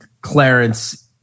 clarence